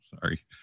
Sorry